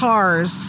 cars